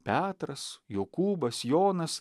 petras jokūbas jonas